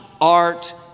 art